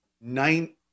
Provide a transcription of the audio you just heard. nine